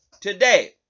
Today